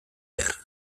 behar